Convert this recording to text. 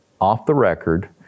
off-the-record